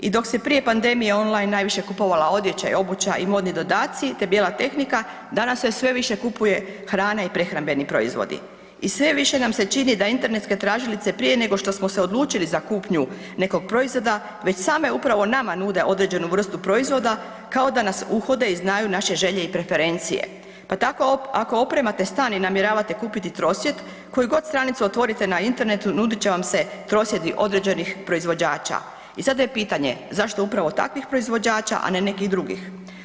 I dok se prije pandemije online najviše kupovala odjeća, obuća i modni dodaci te bijela tehnika, danas se sve više kupuje hrana i prehrambeni proizvodi i sve više nam se čini da internetske tražilice prije nego što smo se odlučili za kupnju nekog proizvoda, već same upravo nama nude određenu vrstu proizvoda kao da nas uhode i znaju naše želje i preferencije pa tako ako opremate stan i namjeravate kupiti trosjed, koju god stranicu otvorite na internetu, nudit će vam se trosjedi određenih proizvođača i sada je pitanje zašto upravo takvih proizvođača a ne nekih drugih?